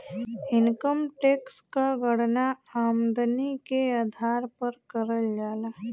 income tax क गणना आमदनी के आधार पर करल जाला